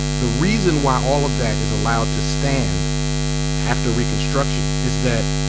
the reason why all of that is allowed to stand after reconstruction is that,